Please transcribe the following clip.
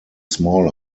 smaller